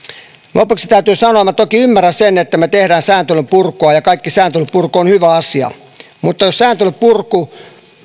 lopuksi täytyy sanoa että minä toki ymmärrän sen että me teemme sääntelyn purkua ja kaikki sääntelyn purku on hyvä asia mutta jos sääntelyn purku